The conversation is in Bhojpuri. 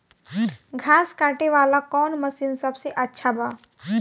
घास काटे वाला कौन मशीन सबसे अच्छा बा?